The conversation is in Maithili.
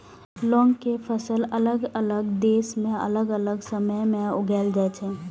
लौंग के फसल अलग अलग देश मे अलग अलग समय मे उगाएल जाइ छै